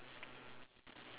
down on the floor like that